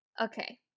Okay